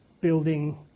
building